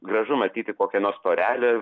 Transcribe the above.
gražu matyti kokia nors porelė